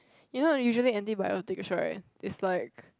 you know usually antibiotics right is like